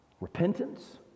repentance